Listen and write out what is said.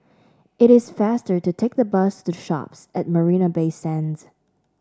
it is faster to take the bus to The Shoppes at Marina Bay Sands